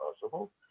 possible